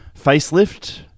facelift